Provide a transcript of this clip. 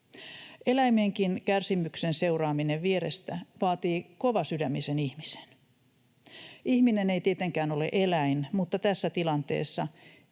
Eläimienkin kärsimyksen seuraaminen vierestä vaatii kovasydämisen ihmisen. Ihminen ei tietenkään ole eläin, mutta tässä tilanteessa